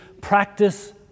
practice